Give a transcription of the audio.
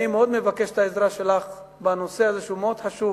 אני מבקש את העזרה שלך בנושא הזה, שהוא מאוד חשוב.